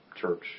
church